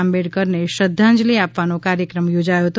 આંબાઠકરનાશ્રધ્ધાંજલિ આપવાનો કાર્યક્રમ યોજાયો હતો